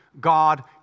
God